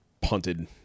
punted